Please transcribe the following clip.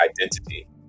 identity